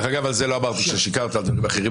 זה לא אמרתי ששיקרת אלא על דברים אחרים.